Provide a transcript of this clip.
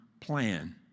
plan